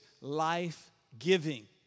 life-giving